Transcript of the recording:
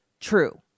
true